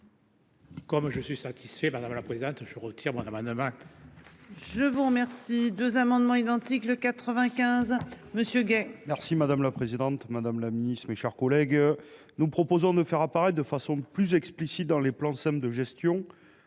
Comme je suis satisfait. Madame la présidente, je retire madame Manama. Je vous remercie. Deux amendements identiques, le 95. Monsieur gay. Merci madame la présidente Madame la Ministre, mes chers collègues, nous proposons de faire apparaître de façon plus explicite dans les plans somme de gestion.